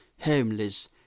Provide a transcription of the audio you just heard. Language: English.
homeless